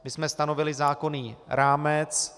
My jsme stanovili zákonný rámec.